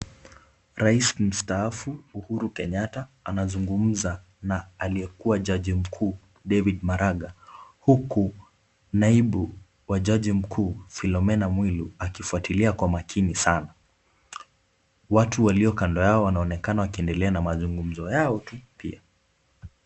Rais mstaafu Uhuru Kenyatta, anazungumza na aliyekuwa jaji mkuu David maraga, huku naibu wa jaji mkuu Philomena Mwilu akifuatilia kwa makini sana. Watu walio kando yao wanaonekana wakiendelea na mazungumzo yao tu pia.